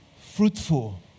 fruitful